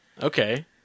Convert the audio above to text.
Okay